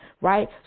right